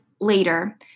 later